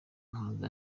muhanzi